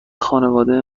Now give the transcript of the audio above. خانواده